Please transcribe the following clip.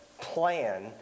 plan